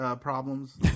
problems